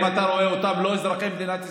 אם אתה רואה בהם לא אזרחי מדינת ישראל,